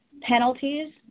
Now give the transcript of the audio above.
penalties